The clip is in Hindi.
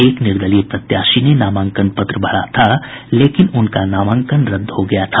एक निर्दलीय प्रत्याशी ने नामांकन पत्र दाखिल किया था लेकिन उनका नामांकन रद्द हो गया था